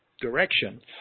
direction